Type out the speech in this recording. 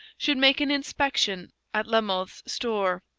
should make an inspection at la mothe's store,